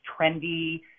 trendy